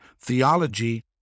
theology